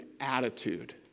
attitude